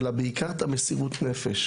אלא בעיקר את המסירות נפש,